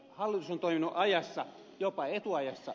hallitus on toiminut ajassa jopa etuajassa